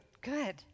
Good